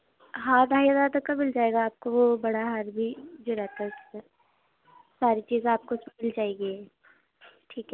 ہاں ڈھائی ہزار تک کا مل جائے گا آپ کو وہ بڑا ہار بھی جو رہتا ہے اُس کے ساتھ ساری چیزیں آپ کو مل جائیں گی یہ ٹھیک ہے